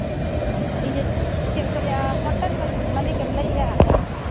ᱤᱭᱟᱹ ᱪᱮᱫ ᱠᱚ ᱞᱟᱹᱭᱟ ᱦᱳᱴᱮᱹᱞ ᱢᱟᱹᱞᱤᱠᱮᱢ ᱞᱟᱹᱭᱮᱫᱼᱟ